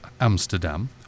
Amsterdam